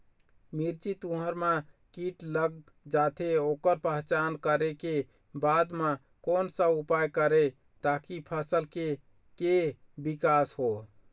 मिर्ची, तुंहर मा कीट लग जाथे ओकर पहचान करें के बाद मा कोन सा उपाय करें ताकि फसल के के विकास हो?